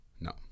no